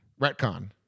Retcon